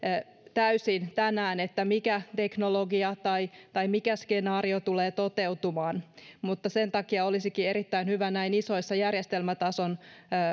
täysin tänään mikä teknologia tai tai mikä skenaario tulee toteutumaan mutta sen takia olisikin erittäin hyvä näin isoissa järjestelmätason